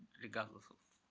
regardless of